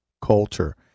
culture